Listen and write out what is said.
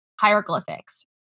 hieroglyphics